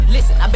Listen